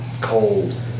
cold